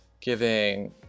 giving